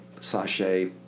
sachet